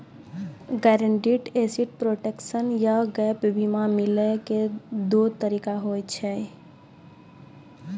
guaranteed asset protection या gap बीमा मिलै के दु तरीका होय छै